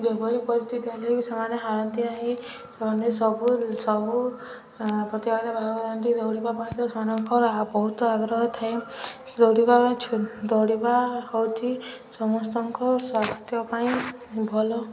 ଯେଭଳି ପରିସ୍ଥିତି ହେଲେ ବି ସେମାନେ ହାରନ୍ତି ନାହିଁ ସେମାନେ ସବୁ ସବୁ ପ୍ରତିଯୋଗିତାରେ ଭାଗ କରନ୍ତି ଦୌଡ଼ିବା ପାଇଁ ସେମାନଙ୍କର ବହୁତ ଆଗ୍ରହ ଥାଏ ଦୌଡ଼ିବା ପାଇଁ ଦୌଡ଼ିବା ହେଉଛି ସମସ୍ତଙ୍କ ସ୍ୱାସ୍ଥ୍ୟ ପାଇଁ ଭଲ